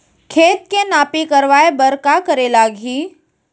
खेत के नापी करवाये बर का करे लागही?